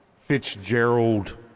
Fitzgerald